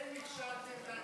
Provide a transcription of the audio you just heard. אתם נכשלתם,